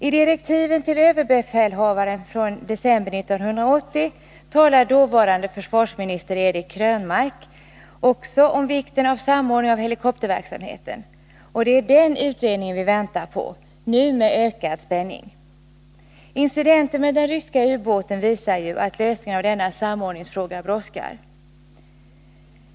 I direktiv till överbefälhavaren från december 1980 talade dåvarande försvarsministern Eric Krönmark också om vikten av samordning av helikopterverksamheten, och det är den utredningen vi väntar på, nu med ökad spänning. Incidenten med den ryska ubåten visar att lösningen av denna samordningsfråga brådskar.